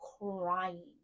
crying